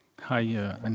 Hi